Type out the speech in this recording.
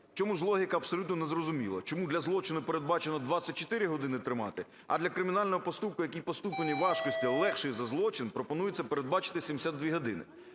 чому ж логіка – абсолютно незрозуміло. Чому для злочину передбачено 24 години тримати, а для кримінального проступку, який по ступеню важкості легший за злочин пропонується передбачити 72 години?